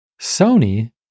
Sony